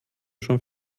schon